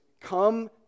come